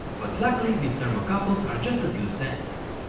but luckly, these thermocouples are just a few cents.